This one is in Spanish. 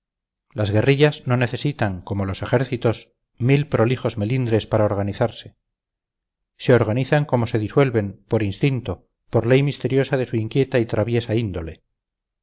las guerrillas no necesitan como los ejércitos mil prolijos melindres para organizarse se organizan como se disuelven por instinto por ley misteriosa de su inquieta y traviesa índole